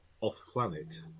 off-planet